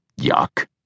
yuck